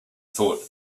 thought